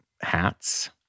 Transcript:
hats